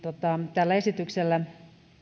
tällä esityksellä